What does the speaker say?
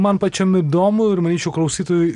man pačiam įdomu ir manyčiau klausytojui